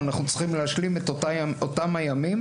אנחנו צריכים להשלים את אותם הימים